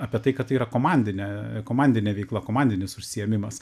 apie tai kad tai yra komandinė komandinė veikla komandinis užsiėmimas